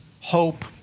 hope